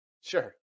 Sure